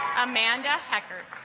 amanda pecor